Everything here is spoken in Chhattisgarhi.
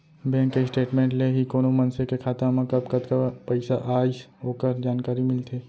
बेंक के स्टेटमेंट ले ही कोनो मनसे के खाता मा कब कतका पइसा आइस ओकर जानकारी मिलथे